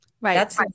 Right